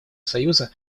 союза